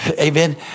Amen